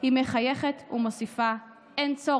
זה מין טאבו שאסור